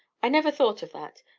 i never thought of that.